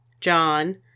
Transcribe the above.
John